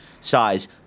size